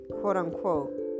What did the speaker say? quote-unquote